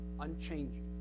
unchanging